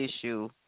issue